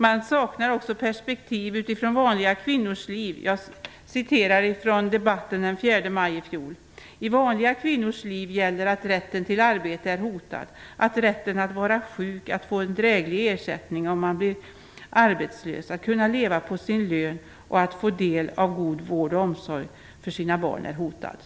Man saknar också perspektiv utifrån vanliga kvinnors liv. Jag citerar från debatten den 4 maj i fjol: "I vanliga kvinnors liv gäller att rätten till arbete är hotad, att rätten att vara sjuk, att få en dräglig ersättning om man blir arbetslös, att kunna leva på sin lön och att få del av god vård och omsorg för sina barn är hotad."